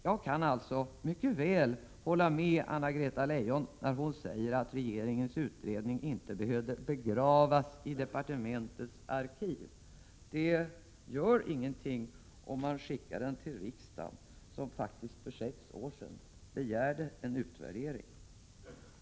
Jag kan mycket väl hålla med Anna-Greta Leijon när hon säger att 81 regeringens utredning inte behövde begravas i departementets arkiv. Det gör ingenting om den skickas till riksdagen, som faktiskt för sex år sedan begärde en utvärdering.